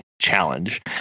challenge